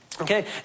Okay